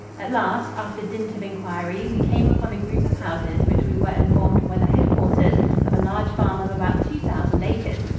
at last, after dint of inquiry, we came upon a group of houses which we were informed were the headquarters of a large farm of about two thousand acres,